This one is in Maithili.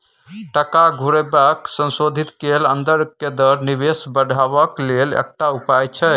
टका घुरेबाक संशोधित कैल अंदर के दर निवेश बढ़ेबाक लेल एकटा उपाय छिएय